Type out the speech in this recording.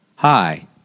Hi